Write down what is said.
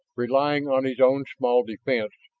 relying on his own small defense,